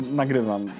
nagrywam